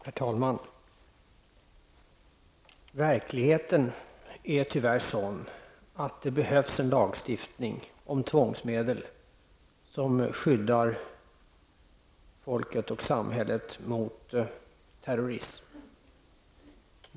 Herr talman! Verkligheten är tyvärr sådan att det behövs en lagstiftning om tvångsmedel som skyddar folket och samhället mot terrorism.